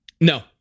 no